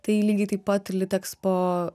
tai lygiai taip pat ir litekspo